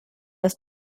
das